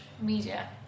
media